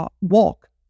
walk